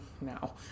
now